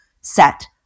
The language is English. set